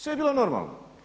Sve je bilo normalno.